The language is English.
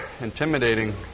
intimidating